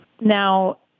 Now